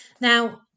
Now